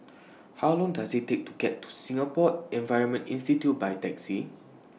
How Long Does IT Take to get to Singapore Environment Institute By Taxi